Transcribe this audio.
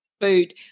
food